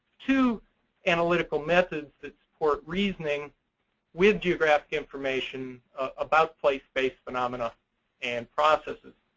two analytical methods that support reasoning with geographic information about place-based phenomena and processes.